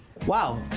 Wow